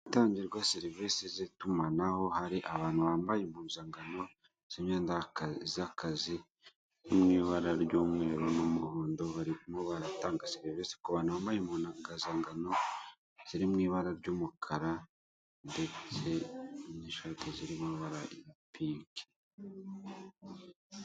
Ahatangirwa serivise z'itumanaho aho hari abantu bambaye impuzankano z'imyenda y'akazi ziri mu ibara ry'umweru n'umuhondo, barimo baratanda serivise ku bantu bambaye impuzankano ziri mu ibara ry'umukara ndetse n'ishati irimo amabara asa pinki.